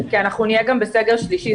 כי אנחנו גם נהיה בסגר שלישי,